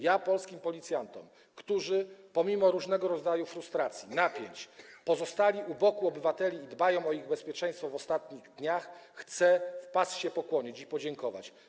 Ja polskim policjantom, którzy pomimo różnego rodzaju frustracji i napięć pozostali u boku obywateli i dbają o ich bezpieczeństwo w ostatnich dniach, chcę w pas się pokłonić i podziękować.